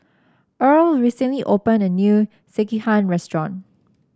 Erle recently opened a new Sekihan Restaurant